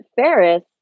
Ferris